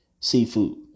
Seafood